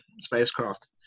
spacecraft